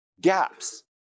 Gaps